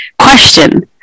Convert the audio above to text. question